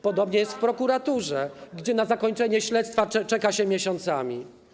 Podobnie jest w prokuraturze, gdzie na zakończenie śledztwa czeka się miesiącami.